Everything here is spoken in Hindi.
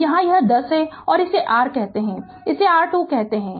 तो यहाँ यह 10 है और इसे r कहते हैं इसे r 2 कहते हैं